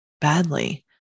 badly